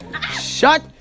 shut